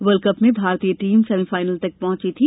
world cup में भारतीय team semifinal तक पहंची थी